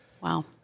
Wow